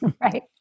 right